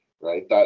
right